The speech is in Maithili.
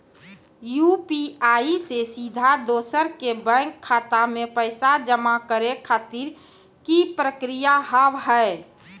यु.पी.आई से सीधा दोसर के बैंक खाता मे पैसा जमा करे खातिर की प्रक्रिया हाव हाय?